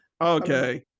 okay